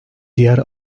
diğer